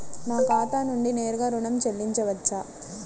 నా ఖాతా నుండి నేరుగా ఋణం చెల్లించవచ్చా?